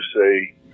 say